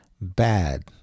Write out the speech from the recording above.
bad